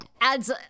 adds